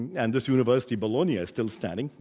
and this university below me is still standing,